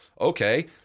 okay